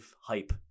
hype